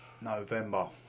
November